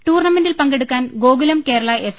ടൂർണമെന്റിൽ പങ്കെടുക്കാൻ ഗോകുലം കേരള എഫ്